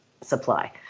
supply